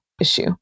issue